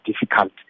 difficult